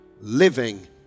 living